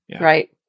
Right